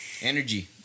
Energy